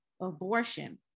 abortion